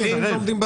זה קיים.